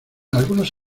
algunos